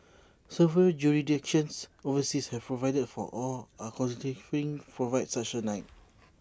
several jurisdictions overseas have provided for or are considering providing such A right